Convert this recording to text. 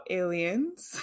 aliens